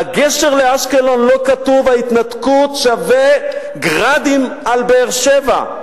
על הגשר לאשקלון לא כתוב: ההתנתקות שווה "גראדים" על באר-שבע.